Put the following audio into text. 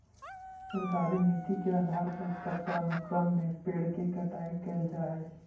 सरकारी नीति के आधार पर चक्रानुक्रम में पेड़ के कटाई कैल जा हई